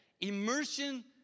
immersion